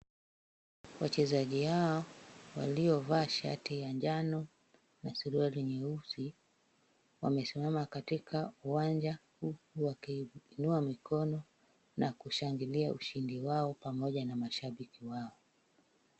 Wachezaji hawa waliovaa shati ya njano na suruali nyeusi, wamesimama katika uwanja wakiinua mikono na kushangilia ushindi wao pamoja na mashabiki wao.